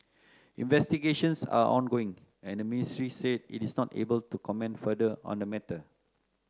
investigations are ongoing and the ministry said it is not able to comment further on the matter